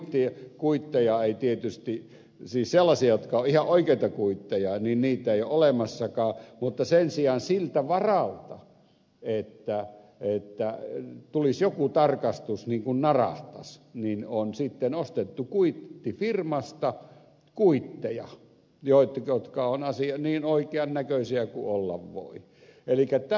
sellaisia kuitteja jotka ovat ihan oikeita kuitteja ei tietysti ole olemassakaan mutta sen sijaan siltä varalta että tulisi joku tarkastus ja narahtaisi on ostettu kuittifirmasta kuitteja jotka ovat niin oikean näköisiä kuin olla voi